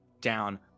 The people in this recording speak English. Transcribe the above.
down